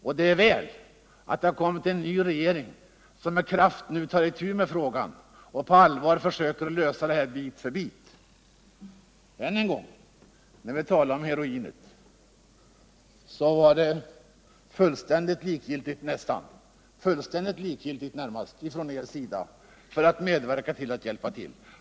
Och det är väl att det har kommit en ny regering som med kraft nu tar itu med frågan och på allvar försöker lösa den bit för bit. När vi nu ännu en gång talar om heroinet så vill jag påstå att ni var nästan fullständigt likgiltiga för att hjälpa till.